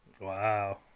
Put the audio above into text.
Wow